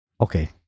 Okay